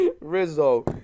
Rizzo